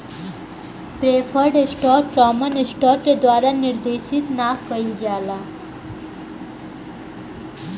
preferred stock common stock के द्वारा निर्देशित ना कइल जाला